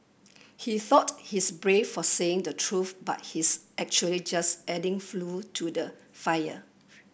he thought he's brave for saying the truth but he's actually just adding flue to the fire